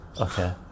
okay